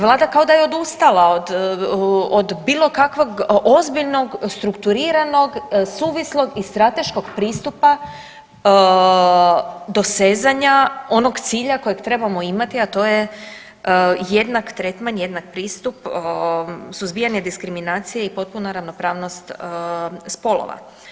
Vlada kao da je odustala od, od bilo kakvog ozbiljnog, strukturiranog, suvislog i strateškog pristupa dosezanja onog cilja kojeg trebamo imati, a to je jednak tretman, jednak pristup, suzbijanje diskriminacije i potpuna ravnopravnost spolova.